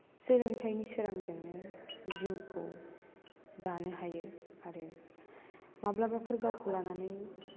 सोलोंथाइनि सोरांजोंनो जिउखौ दानो हायो आरो माब्लाबाफोर गावखौ लानानै